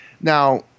Now